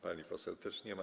Pani poseł też nie ma.